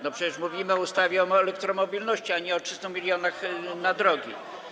No przecież mówimy o ustawie o elektromobilności, a nie o 300 mln na drogi.